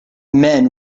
men